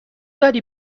داری